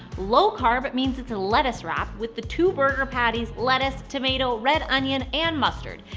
low carb means it's a lettuce wrap, with the two burger patties, lettuce, tomato, red onion, and mustard.